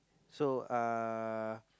so uh